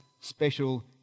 special